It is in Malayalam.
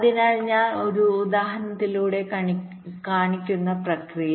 അതിനാൽ ഞാൻ ഒരു ഉദാഹരണത്തിലൂടെ കാണിക്കുന്ന പ്രക്രിയ